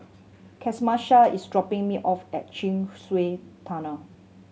Camisha is dropping me off at Chin Swee Tunnel